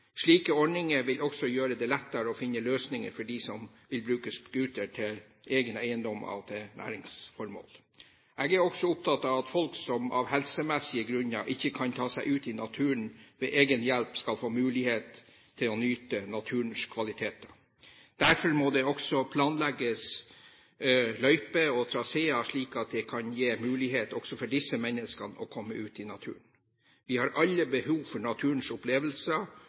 Slike ordninger vil også gjøre det lettere å finne løsninger for dem som vil bruke scooter til egne eiendommer – og til næringsformål. Jeg er også opptatt av at folk som av helsemessige grunner ikke kan ta seg ut i naturen ved egen hjelp, skal få mulighet til å nyte naturens kvaliteter. Derfor må det også planlegges løyper og traseer, slik at det kan bli mulig også for disse menneskene å komme ut i naturen. Vi har alle behov for